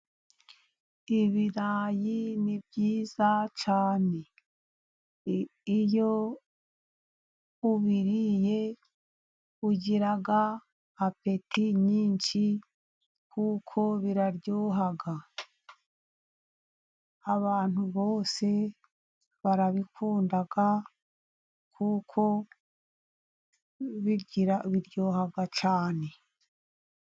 Ibirayi ni byiza cyane, iyo ubiriye ugira apeti nyinshi kuko biryoha. Abantu bose barabikunda, kuko biryoha cyane .